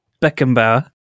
Beckenbauer